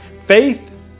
faith